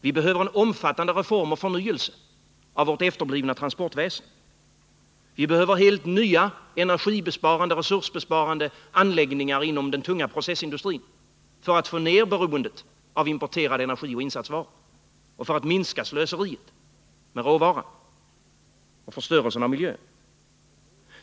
Vi behöver en omfattande reformering och förnyelse av vårt efterblivna transportväsen. Vi behöver helt nya energibesparande och resursbesparande anläggningar inom den tunga processindustrin, för att minska importberoendet av energi och insatsvaror och för att minska slöseriet med råvaran samt för att minska förstörelsen av miljön.